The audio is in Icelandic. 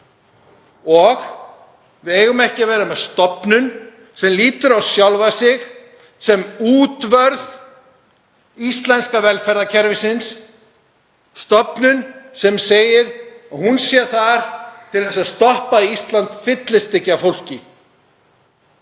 og við eigum ekki að vera með stofnun sem lítur á sjálfa sig sem útvörð íslenska velferðarkerfisins, stofnun sem segir að hún sé þar til að stoppa það af að Ísland fyllist af fólki.